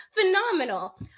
phenomenal